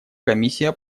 комиссия